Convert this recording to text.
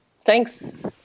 Thanks